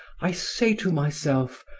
i say to myself,